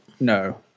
No